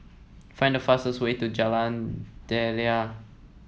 find the fastest way to Jalan Daliah